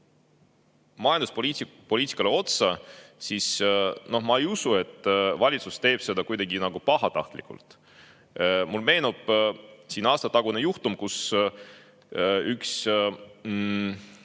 majanduspoliitikale otsa. Ma ei usu, et valitsus teeb seda kuidagi pahatahtlikult. Mulle meenub aastatetagune juhtum, kui üks